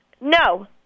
No